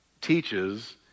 teaches